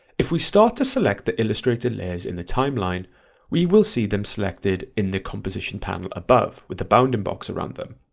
if we start to select the illustrator layers in the timeline we will see them selected in the composition panel above with the bounding box around them.